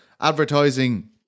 advertising